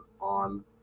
on